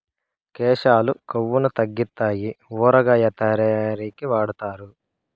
కేశాలు కొవ్వును తగ్గితాయి ఊరగాయ తయారీకి వాడుతారు